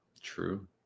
true